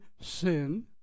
sin